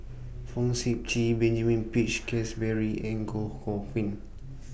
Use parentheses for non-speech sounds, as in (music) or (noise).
Fong Sip Chee Benjamin Peach Keasberry and Goh (unintelligible)